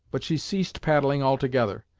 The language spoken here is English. but she ceased paddling altogether,